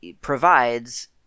provides